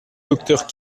docteur